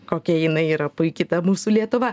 kokia jinai yra puiki ta mūsų lietuva